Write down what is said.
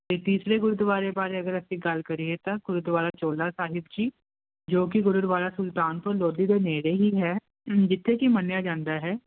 ਤੇ ਤੀਸਰੇ ਗੁਰਦੁਆਰੇ ਬਾਰੇ ਅਗਰ ਅਸੀਂ ਗੱਲ ਕਰੀਏ ਤਾਂ ਗੁਰਦੁਆਰਾ ਚੋਲਾ ਸਾਹਿਬ ਜੀ ਜੋ ਕੀ ਗੁਰਦੁਆਰਾ ਸੁਲਤਾਨਪੁਰ ਲੋਧੀ ਦੇ ਨੇੜੇ ਹੀ ਹੈ ਜਿੱਥੇ ਕਿ ਮੰਨਿਆ ਜਾਂਦਾ ਹੈ